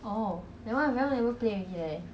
oh that [one] I very long never play already eh